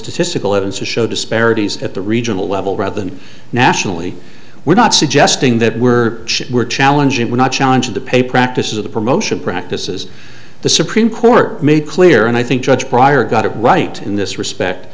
statistical evidence to show disparities at the regional level rather than nationally we're not suggesting that we're we're challenging we're not challenging the pay practices the promotion practices the supreme court made clear and i think judge briar got it right in this respect